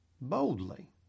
boldly